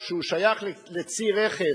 או שהוא שייך לצי רכב,